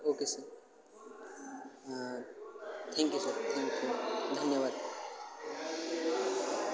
okay sir thank you sir thank you धन्यवाद